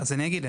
אז אני אגיד.